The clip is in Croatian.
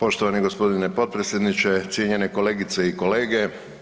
Poštovani g. potpredsjedniče, cijenjene kolegice i kolege.